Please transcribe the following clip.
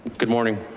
good morning.